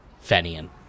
Fenian